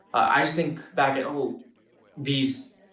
i just think back at all these